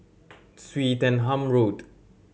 Swettenham Road